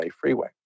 freeway